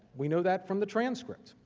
we know that from the transcript.